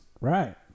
Right